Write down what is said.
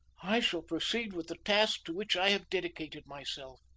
i shall proceed with the task to which i have dedicated myself.